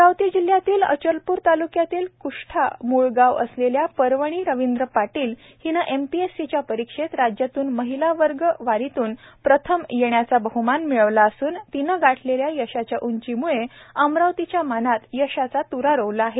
अमरावती जिल्ह्यातील अचलपूर तालुक्यातील कृष्ठा मूळ गाव असलेल्या पर्वणी रविंद्र पाटील हिने एमपीएससीच्या परीक्षेत राज्यातून महिलावर्ग वारीतून प्रथम येण्याचा बहमान मिळविला असून तिने गाठलेल्या यशांच्या उंचीम्ळे अमरावतीच्या मानात यशाचा त्रा रोवला आहे